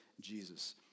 Jesus